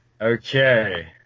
Okay